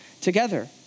together